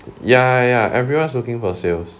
ya ya everyone's looking for sales